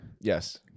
yes